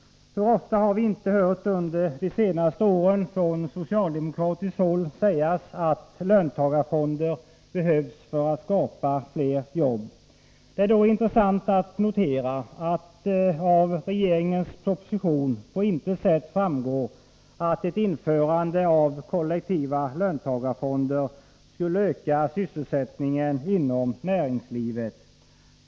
Hur ofta har vi inte under de senaste åren från socialdemokratiskt håll hört sägas att löntagarfonder behövs för att skapa fler jobb. Det är då intressant att notera att av regeringens proposition på intet sätt framgår att ett införande av kollektiva löntagarfonder skulle öka sysselsättningen inom näringslivet.